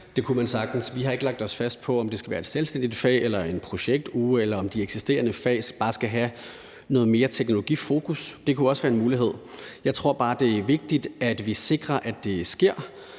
Det kunne man sagtens. Vi har ikke lagt os fast på, om det skal være et selvstændigt fag eller en projektuge, eller om de eksisterende fag bare skal have noget mere teknologifokus. Det kunne også være en mulighed. Jeg tror bare, det er vigtigt, at vi sikrer, at det sker.